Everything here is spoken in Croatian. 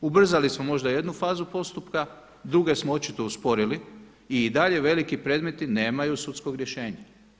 Ubrzali smo možda jednu fazu postupka, druge smo očito usporili i i dalje veliki predmeti nemaju sudskog rješenja.